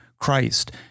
Christ